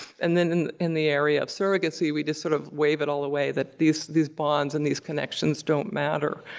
and then in the area of surrogacy, we just sort of wave it all away, that these these bonds and these connections don't matter.